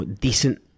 decent